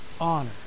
honor